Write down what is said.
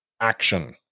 action